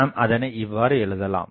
நாம் அதனை இவ்வாறு எழுதலாம்